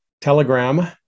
Telegram